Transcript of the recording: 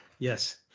Yes